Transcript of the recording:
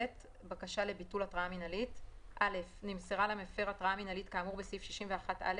בקשה לביטול61ב.(א) נמסרה למפר התראה מינהלית כאמור בסעיף 61א,